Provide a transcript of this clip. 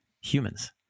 humans